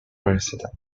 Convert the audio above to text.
president